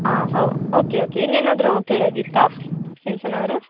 ಹಾಂ ಹೊ okay okay ಇನ್ನೇನಾದರೂ ಕೇಳೋದ್ ಇತ್ತಾ ಸಿಂಚನ ಅವರೇ